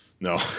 No